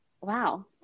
Wow